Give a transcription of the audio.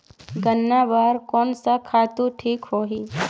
गन्ना बार कोन सा खातु ठीक होही?